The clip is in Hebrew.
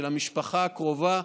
של המשפחה הקרובה,